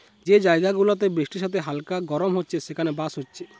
যে জায়গা গুলাতে বৃষ্টির সাথে হালকা গরম হচ্ছে সেখানে বাঁশ হচ্ছে